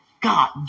God